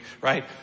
right